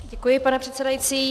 Děkuji, pane předsedající.